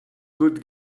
good